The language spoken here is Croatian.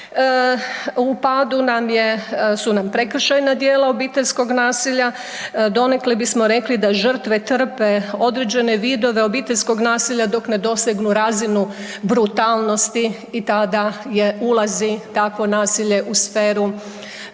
U padu su nam prekršajna djela obiteljskog nasilja, donekle bismo rekli da žrtve trpe određene vidove obiteljskog nasilja dok ne dosegnu razinu brutalnosti i tada ulazi takvo nasilje u sferu